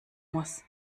muss